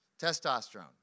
Testosterone